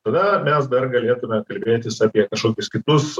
tada mes dar galėtume kalbėtis apie kažkokius kitus